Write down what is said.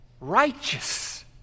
righteous